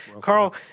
Carl